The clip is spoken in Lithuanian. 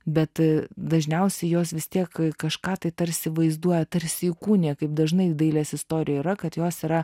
bet dažniausiai jos vis tiek kažką tai tarsi vaizduoja tarsi įkūnija kaip dažnai dailės istorija yra kad jos yra